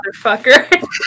motherfucker